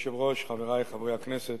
אדוני היושב-ראש, חברי חברי הכנסת,